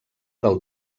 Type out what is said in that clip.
del